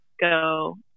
go